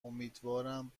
امیدوارم